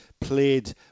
played